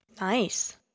Nice